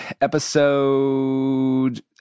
episode